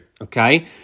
Okay